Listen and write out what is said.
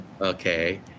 Okay